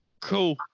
Cool